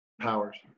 Powers